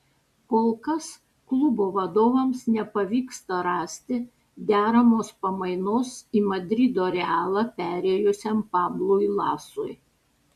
kol kas klubo vadovams nepavyksta rasti deramos pamainos į madrido realą perėjusiam pablui lasui